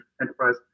Enterprise